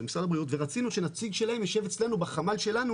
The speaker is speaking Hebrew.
ורצינו שנציג שלהם יישב אצלנו בחמ"ל שלנו